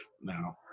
now